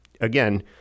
again